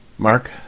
Mark